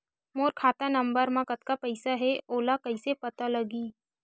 मोर खाता नंबर मा कतका पईसा हे ओला कइसे पता लगी?